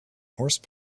horse